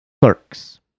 Clerks